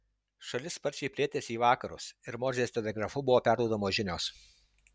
šalis sparčiai plėtėsi į vakarus ir morzės telegrafu buvo perduodamos žinios